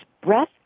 breath